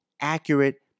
accurate